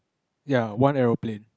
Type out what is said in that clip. ya one aeroplane